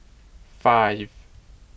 five